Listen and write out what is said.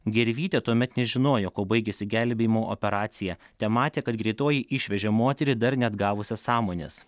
gervytė tuomet nežinojo kuo baigėsi gelbėjimo operacija tematė kad greitoji išvežė moterį dar neatgavusią sąmonės